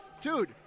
Dude